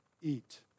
eat